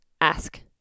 ask